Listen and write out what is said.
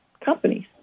companies